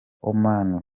oman